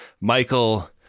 Michael